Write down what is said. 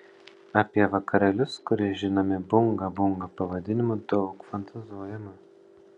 apie vakarėlius kurie žinomi bunga bunga pavadinimu daug fantazuojama